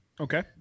Okay